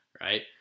right